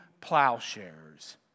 plowshares